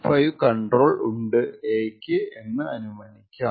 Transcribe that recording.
5 control ഉണ്ട് A ക്ക് എന്നനുമാനിക്കാം